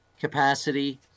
capacity